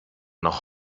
noch